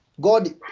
God